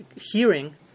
hearing